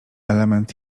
element